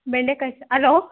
ಬೆಂಡೆಕಾಯಿ ಅಲೋ